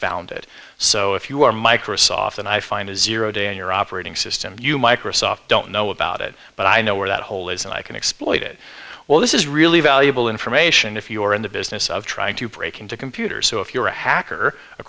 found it so if you are microsoft and i find a zero day in your operating system you microsoft don't know about it but i know where that hole is and i can exploit it well this is really valuable information if you are in the business of trying to break into computers so if you're a hacker